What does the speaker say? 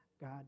God